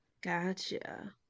Gotcha